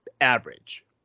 average